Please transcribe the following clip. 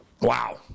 Wow